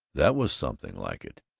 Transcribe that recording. that was something like it!